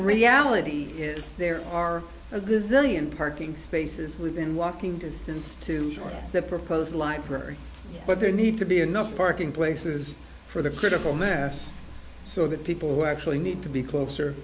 reality is there are a good zillion parking spaces within walking distance to the proposed library but there need to be enough parking places for the critical mass so that people who actually need to be closer